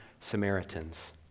Samaritans